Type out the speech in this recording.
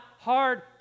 hard